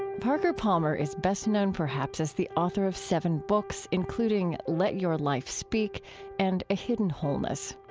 and parker palmer is best known perhaps as the author of seven books, including let your life speak and a hidden wholeness.